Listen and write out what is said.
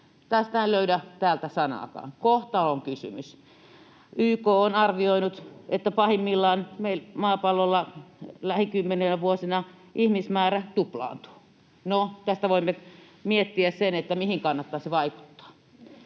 Tästä en löydä täältä sanaakaan, kohtalonkysymyksestä. YK on arvioinut, että pahimmillaan maapallolla lähivuosikymmeninä ihmismäärä tuplaantuu. No, tästä voimme miettiä sen, mihin kannattaisi vaikuttaa.